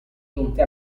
giunte